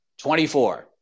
24